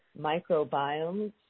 microbiomes